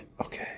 Okay